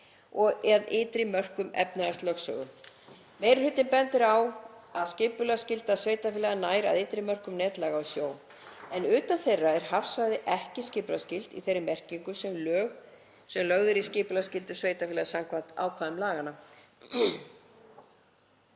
og að ytri mörkum efnahagslögsögu. Meiri hlutinn bendir á að skipulagsskylda sveitarfélaga nær að ytri mörkum netlaga í sjó, en utan þeirra er hafsvæði ekki skipulagsskylt í þeirri merkingu sem lögð er í skipulagsskyldu sveitarfélaga samkvæmt ákvæðum laganna.